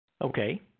Okay